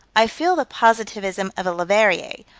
i feel the positivism of a leverrier,